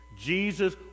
Jesus